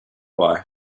why